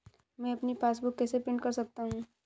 मैं अपनी पासबुक कैसे प्रिंट कर सकता हूँ?